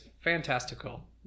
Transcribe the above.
fantastical